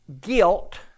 guilt